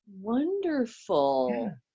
Wonderful